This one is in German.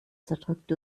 zerdrückt